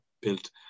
built